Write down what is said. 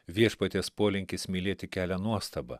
viešpaties polinkis mylėti kelia nuostabą